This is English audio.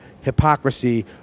hypocrisy